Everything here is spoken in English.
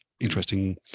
interesting